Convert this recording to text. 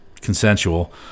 consensual